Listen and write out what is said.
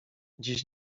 dziś